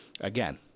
again